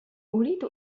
أريد